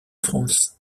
france